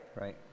Right